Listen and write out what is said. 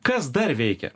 kas dar veikia